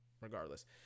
Regardless